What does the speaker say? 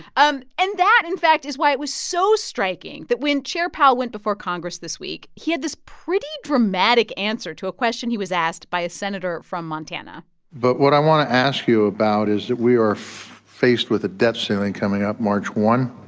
um and that, in fact, is why it was so striking that when chair powell went before congress this week, he had this pretty dramatic answer to a question he was asked by a senator from montana but what i want to ask you about is that we are faced with a debt ceiling coming up march one.